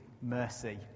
mercy